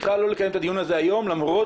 בכלל לא לקיים את הדיון הזה היום למרות